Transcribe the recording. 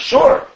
Sure